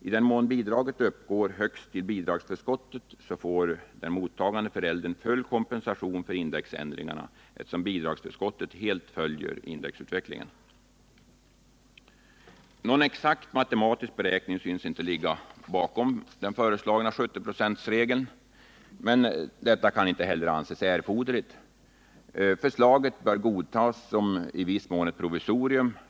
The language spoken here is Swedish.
I den mån bidraget uppgår högst till bidragsförskottet får den mottagande föräldern full kompensation för indexändringar eftersom bidragsförskottet helt följer indexutvecklingen. Någon exakt matematisk beräkning synes inte ligga bakom den föreslagna 70-procentsregeln, men detta kan inte heller anses erforderligt. Förslaget bör godtas som i viss mån ett provisorium.